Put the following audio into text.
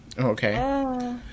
Okay